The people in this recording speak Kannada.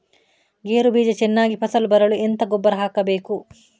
ಗೇರು ಬೀಜ ಚೆನ್ನಾಗಿ ಫಸಲು ಬರಲು ಎಂತ ಗೊಬ್ಬರ ಹಾಕಬೇಕು?